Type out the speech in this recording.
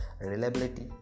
reliability